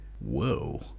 whoa